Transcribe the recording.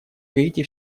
гаити